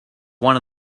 one